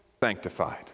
sanctified